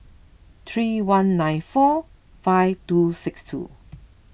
three one nine four five two six two